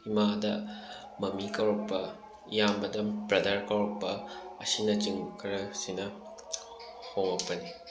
ꯏꯃꯥꯗ ꯃꯝꯃꯤ ꯀꯧꯔꯛꯄ ꯏꯌꯥꯝꯕꯗ ꯕ꯭ꯔꯗꯔ ꯀꯧꯔꯛꯄ ꯑꯁꯤꯅꯆꯤꯡꯕ ꯈꯔ ꯑꯁꯤꯅ ꯍꯣꯡꯉꯛꯄꯅꯤ